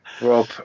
rob